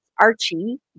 Archie